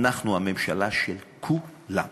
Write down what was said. אנחנו הממשלה של כו-לם,